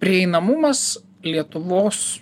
prieinamumas lietuvos